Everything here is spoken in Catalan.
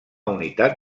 unitat